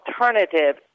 alternative